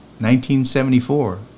1974